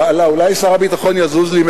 אולי שר הביטחון יזוז לי,